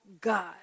God